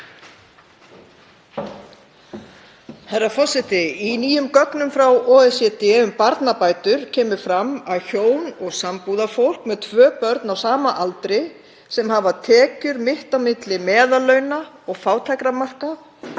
Herra forseti. Í nýjum gögnum frá OECD um barnabætur kemur fram að hjón og sambúðarfólk með tvö börn á sama aldri og hafa tekjur mitt á milli meðallauna og fátæktarmarka